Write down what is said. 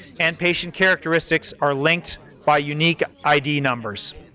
and patient characteristics are linked by unique id numbers.